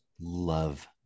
love